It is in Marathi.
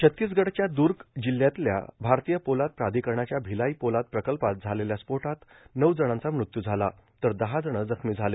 छत्तीसगडच्या दुर्ग जिल्ह्यातल्या भारतीय पोलाद प्राधिकरणाच्या भिलाई पोलाद प्रकल्पात झालेल्या स्फोटात नऊ जणांचा मृत्यू झाला तर दहा जण जखमी झाले